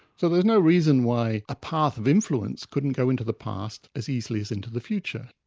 so there's no reason why a path of influence couldn't go into the past as easily as into the future.